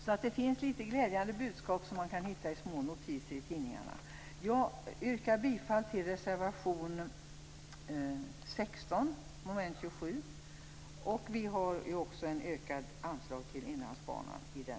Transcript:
Det finns alltså litet glädjande budskap som man kan hitta i små notiser i tidningarna. Jag yrkar bifall till reservation 16 under mom. 27, där vi föreslår ett ökat anslag till Inlandsbanan.